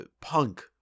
punk